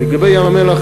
לגבי ים-המלח,